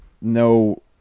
no